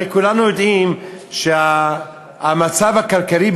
כולנו יודעים שהמצב הכלכלי,